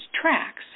tracks